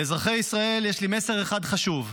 לאזרחי ישראל יש לי מסר אחד חשוב: